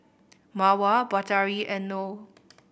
Mawar Batari and Noh